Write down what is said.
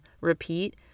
repeat